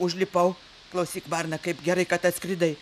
užlipau klausyk varna kaip gerai kad atskridai